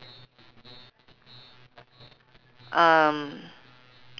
um